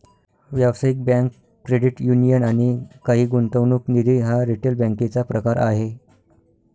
व्यावसायिक bank, credit union आणि काही गुंतवणूक निधी हा रिटेल बँकेचा प्रकार आहे